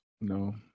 No